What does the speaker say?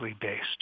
based